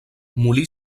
molí